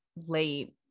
late